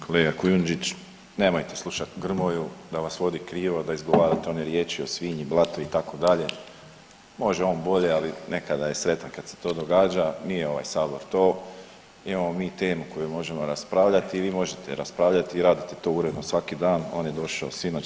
Kolega Kujundžić, nemojte slušat Grmoju da vas vodi krivo, da izgovarate one riječi o svinji, blatu itd., može on bolje, ali nekada je sretan kad se to događa, nije ovaj sabor to, imamo mi temu koju možemo raspravljati i vi možete raspravljati i radite to uredno svaki dan, on je došao sinoć